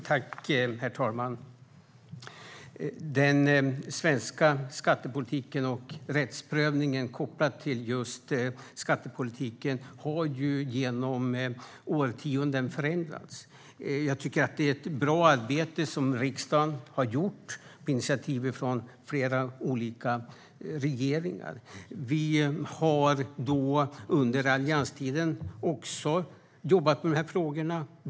Herr talman! Den svenska skattepolitiken och rättsprövningen kopplad till just skattepolitiken har genom årtionden förändrats. Jag tycker att det är ett bra arbete som riksdagen har gjort på initiativ från flera olika regeringar. Vi har under allianstiden också jobbat med dessa frågor.